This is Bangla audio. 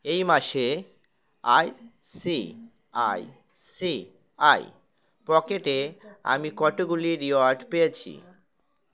এই মাসে I C I C I পকেটে আমি কতগুলি রিওয়ার্ড পেয়েছি